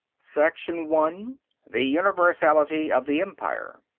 section one the universality of the empire.